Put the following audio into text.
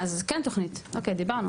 אז כן תכנית אוקיי דיברנו